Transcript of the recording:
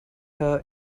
her